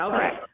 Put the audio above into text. Okay